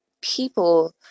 people